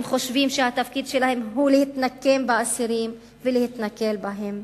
הם חושבים שהתפקיד שלהם הוא להתנקם באסירים ולהתנכל להם.